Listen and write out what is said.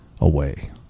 away